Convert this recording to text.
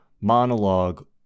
monologue